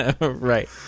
Right